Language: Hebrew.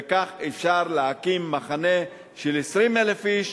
וכך אפשר להקים מחנה של 20,000 איש